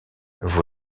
vous